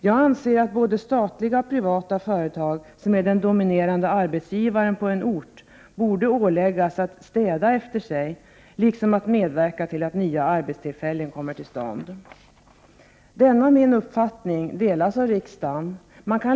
Jag anser att både statliga och privata företag, när de är den dominerande arbetsgivaren på en ort, borde åläggas att städa efter sig, så att säga, liksom att medverka till att nya arbetstillfällen kommer till stånd. Denna min uppfattning delas av riksdagen.